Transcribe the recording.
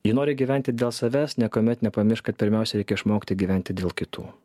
jei nori gyventi dėl savęs niekuomet nepamiršk kad pirmiausia reikia išmokti gyventi dėl kitų